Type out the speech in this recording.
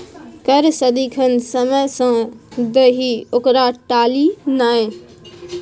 कर सदिखन समय सँ दही ओकरा टाली नै